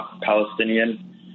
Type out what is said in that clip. Palestinian